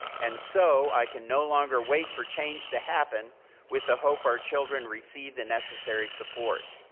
and so, i can no longer wait for change to happen with the hope our children receive the necessary support.